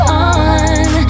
on